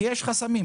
כי יש חסמים.